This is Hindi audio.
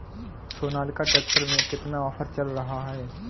सोनालिका ट्रैक्टर में कितना ऑफर चल रहा है?